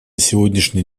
сегодняшний